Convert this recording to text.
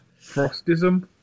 Frostism